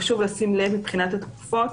חשוב לשים לב מבחינת התקופות,